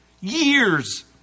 Years